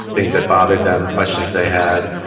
things that bothered them, questions they had,